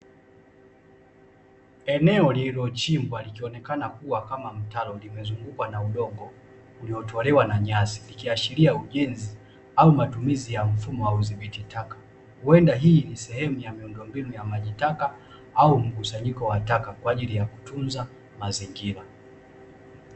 Eneo lililochimbwa likionekana likionekana kuwa kama mtaro limezungukwa na udongo uliotolewa na nyasi likiashiria ujenzi au matumizi ya mfumo wa udhibiti taka, huenda hii ni sehemu ya miundombinu ya majitaka au mkusanyiko wa taka kwa ajili ya kutunza mazingira.